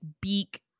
beak